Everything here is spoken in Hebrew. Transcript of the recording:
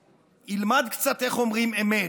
וילמד קצת איך אומרים אמת,